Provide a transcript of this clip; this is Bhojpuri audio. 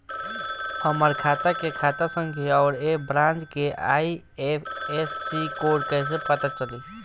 हमार खाता के खाता संख्या आउर ए ब्रांच के आई.एफ.एस.सी कोड कैसे पता चली?